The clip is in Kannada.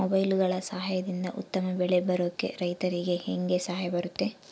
ಮೊಬೈಲುಗಳ ಸಹಾಯದಿಂದ ಉತ್ತಮ ಬೆಳೆ ಬರೋಕೆ ರೈತರಿಗೆ ಹೆಂಗೆ ಸಹಾಯ ಆಗುತ್ತೆ?